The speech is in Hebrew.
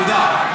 תודה.